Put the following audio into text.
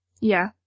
Yeah